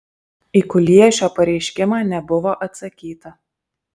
į kuliešio pareiškimą nebuvo atsakyta